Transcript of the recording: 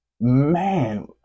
man